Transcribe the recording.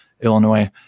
Illinois